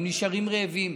הם נשארים רעבים,